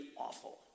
awful